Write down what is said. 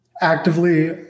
actively